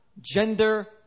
gender